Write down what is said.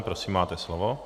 Prosím, máte slovo.